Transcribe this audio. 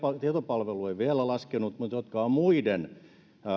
tietopalvelu ei vielä laskenut mutta jotka ovat muiden